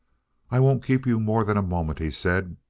i won't keep you more than a moment, he said.